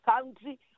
country